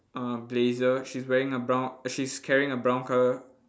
um blazer she's wearing a brown she's carrying a brown colour